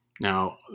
Now